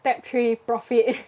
step three profit